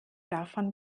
davon